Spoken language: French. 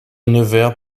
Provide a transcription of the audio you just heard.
nevers